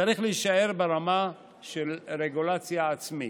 צריך להישאר ברמה של רגולציה עצמית.